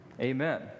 Amen